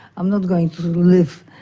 i'm not going to live,